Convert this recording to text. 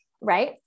Right